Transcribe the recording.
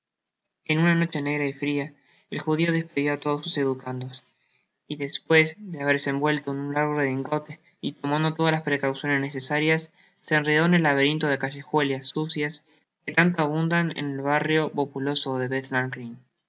n una noche negra y fria el judio despidió á todos sus educandos y despues de haberse envuelto en uu largo redingote y lomado todas las precauciones necesarias se enredó en el laberinto de callejuelas sucias que tanto abundan en el barrio populoso de